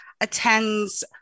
attends